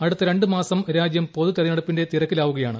അടുത്ത രണ്ട് മാസം രാജ്യം പൊതുതെരഞ്ഞെടുപ്പിന്റെ തിരക്കിൽ ആവുകയാണ്